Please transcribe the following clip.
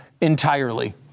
entirely